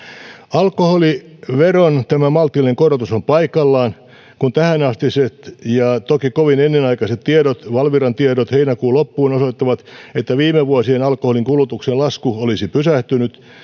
alkoholiveron maltillinen korotus on paikallaan tähänastiset ja toki kovin ennenaikaiset heinäkuun loppuun ulottuvat valviran tiedot osoittavat että viime vuosien alkoholin kulutuksen lasku olisi pysähtynyt